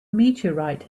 meteorite